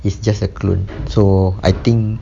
it's just a clone so I think